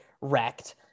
wrecked